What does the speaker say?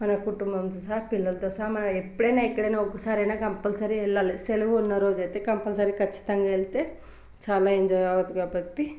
మన కుటుంబంతో సహా పిల్లలతో సహా మనం ఎప్పుడైనా ఎక్కడైనా ఒక్కసారైనా కంపల్సరీ వెళ్ళాలి సెలవు ఉన్న రోజుయితే కంపల్సరిగా ఖచ్చితంగా వెళ్తే చాలా ఎంజాయ్ అవుతుంది కాబట్టి